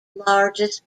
largest